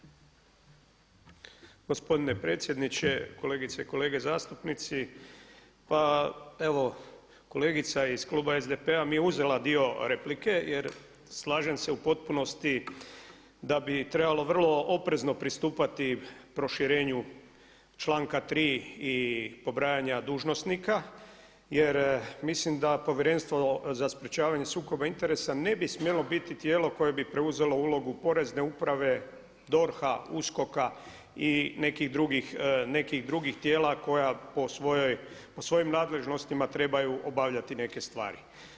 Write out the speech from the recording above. Gospodine predsjedniče, kolegice i kolege zastupnici, pa evo kolegica iz kluba SDP-a mi je uzela dio replike jer slažem se u potpunosti da bi trebalo vrlo oprezno pristupati proširenju članka 3. i pobrajanja dužnosnika jer mislim da Povjerenstvo za sprječavanje sukoba interesa ne bi smjelo biti tijelo koje bi preuzelo ulogu porezne uprave, DORH-a, USKOK-a i nekih drugih tijela koja po svojoj, po svojim nadležnostima trebaju obavljati neke stvari.